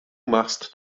machst